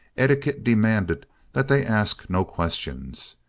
etiquette demanded that they ask no questions.